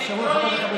אלקטרונית.